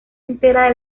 entera